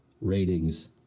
ratings